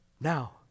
Now